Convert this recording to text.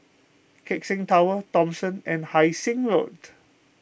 Keck Seng Tower Thomson and Hai Sing Road